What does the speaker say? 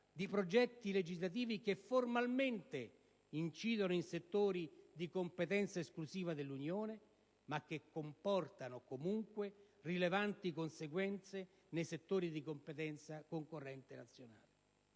di progetti legislativi che formalmente incidono in settori di competenza esclusiva dell'Unione, ma che comportano comunque rilevanti conseguenze nei settori di competenza concorrente nazionale.